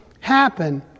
happen